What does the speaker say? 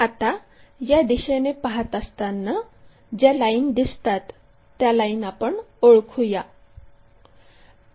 आता या दिशेने पाहत असताना ज्या लाईन दिसतात त्या लाईन आपण ओळखूया